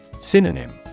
Synonym